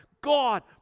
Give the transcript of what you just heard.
God